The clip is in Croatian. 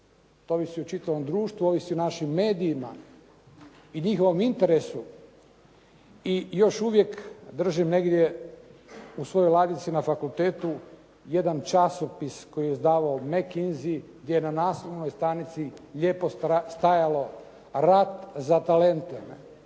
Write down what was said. to ovisi o čitavom društvu, ovisi o našim medijima i njihovom interesu i još uvijek držim negdje u svojoj ladici na fakultetu jedan časopis koji je izdavao …/Govornik se ne razumije./… gdje je na naslovnoj stranici lijepo stajalo "Rat za talente".